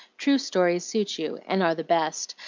true stories suit you, and are the best,